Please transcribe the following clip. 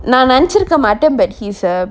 நா நெனச்சிருக்க மாட்டன்:na nenachirukka mattan but he's a